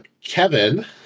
Kevin